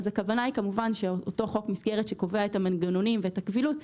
הכוונה היא כמובן שאותו חוק מסגרת שקובע את המנגנונים ואת הקבילות,